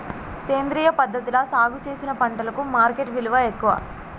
సేంద్రియ పద్ధతిలా సాగు చేసిన పంటలకు మార్కెట్ విలువ ఎక్కువ